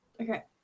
Okay